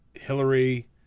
Hillary